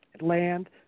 land